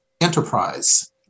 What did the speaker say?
Enterprise